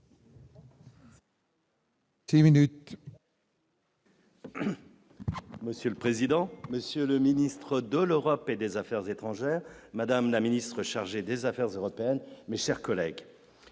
Monsieur le président, Monsieur le ministre de l'Europe et des Affaires étrangères, madame la ministre chargée des affaires européennes mais, chers collègues,